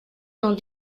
dans